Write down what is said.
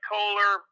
Kohler